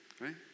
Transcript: right